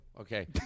Okay